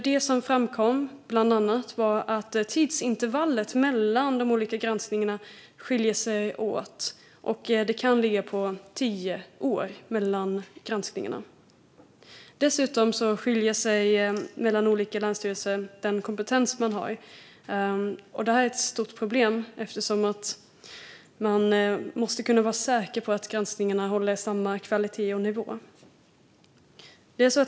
Där framkom bland annat att tidsintervallet mellan granskningarna skiljer sig åt och kan ligga på tio år. Dessutom skiljer sig kompetensen åt mellan olika länsstyrelser. Detta är ett stort problem eftersom man måste kunna vara säker på att granskningarna håller samma kvalitet och nivå.